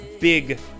big